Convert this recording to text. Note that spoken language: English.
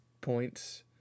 points